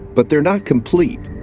but they're not complete.